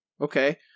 okay